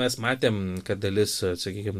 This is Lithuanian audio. mes matėm kad dalis sakykim